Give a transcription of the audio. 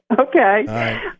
Okay